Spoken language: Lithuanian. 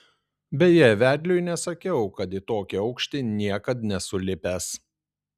beje vedliui nesakiau kad į tokį aukštį niekad nesu lipęs